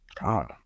God